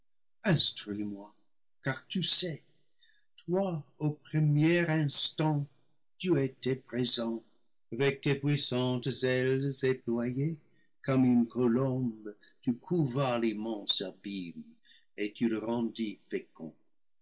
car tu sais toi au premier instant tu étais présent avec tes puissantes ailes éployées comme une colombe tu couvas l'immense abîme et tu le rendis